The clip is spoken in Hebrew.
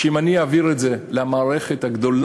שאם אני אעביר את זה למערכת הגדולה,